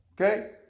Okay